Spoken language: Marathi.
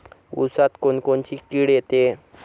ऊसात कोनकोनची किड येते?